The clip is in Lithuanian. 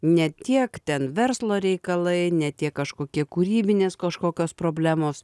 ne tiek ten verslo reikalai ne tiek kažkokie kūrybinės kažkokios problemos